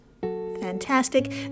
fantastic